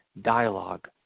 dialogue